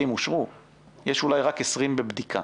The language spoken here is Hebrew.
שלא רק שרק 20 בקשות אושרו אלא יש אולי רק 20 בקשות בבדיקה